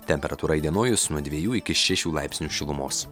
temperatūra įdienojus nuo dvejų iki šešių laipsnių šilumos